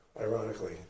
ironically